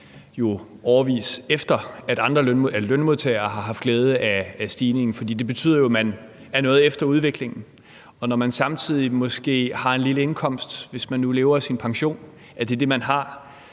årevis efter at lønmodtagere har haft glæde af stigningen. Det betyder jo, at man er noget efter udviklingen. Og når man samtidig måske har en lille indkomst – hvis man nu lever af sin pension og det er det, man har